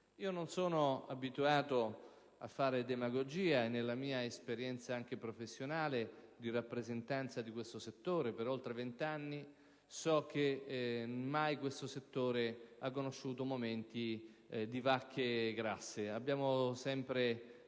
Non sono abituato a fare demagogia. Nella mia esperienza, anche professionale, di rappresentanza ultraventennale so che mai questo settore ha conosciuto momenti di vacche grasse. Abbiamo sempre